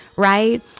Right